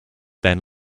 then